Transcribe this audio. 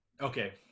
Okay